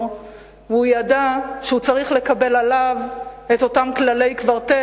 והוא ידע שהוא צריך לקבל עליו את אותם כללי קוורטט